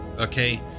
okay